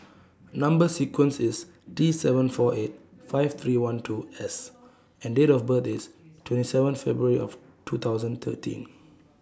Number sequence IS T seven four eight five three one two S and Date of birth IS twenty seven February two thousand and thirteen